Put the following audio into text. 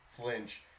flinch